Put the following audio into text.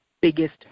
biggest